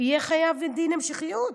יהיה חייב בדין המשכיות,